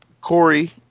Corey